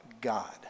God